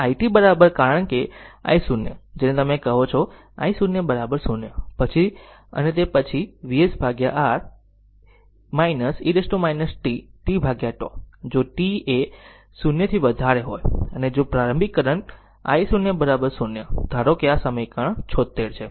અને i t કારણ કે i0 જેને તમે કહો છો i0 0 પછી અને તે પછી VsR 1 e t tτ જો t એ 0 થી વધારે હોય અને જો પ્રારંભિક કરંટ i0 0 ધારે તો આ સમીકરણ 76 છે